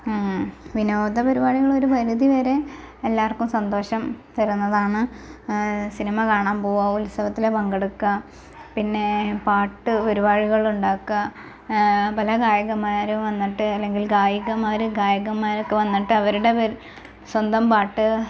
വിനോദ പരിപാടികള് ഒരു പരിധി വരെ എല്ലാവർക്കും സന്തോഷം തരുന്നതാണ് സിനിമ കാണാൻ പോകുക ഉത്സവത്തില് പങ്കെടുക്കുക പിന്നെ പാട്ട് ഒരുവായുകളുണ്ടാക്കുക പല ഗായകമാര് വന്നിട്ട് അല്ലെങ്കിൽ ഗായികമാര് ഗായകന്മാരൊക്കെ വന്നിട്ട് അവരുടെ സ്വന്തം പാട്ട്